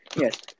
Yes